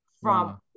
from-